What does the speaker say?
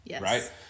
Right